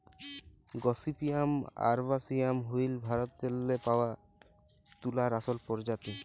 gossypium arboreum হ্যইল ভারতেল্লে পাউয়া তুলার আসল পরজাতি